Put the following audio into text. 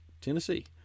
Tennessee